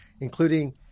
including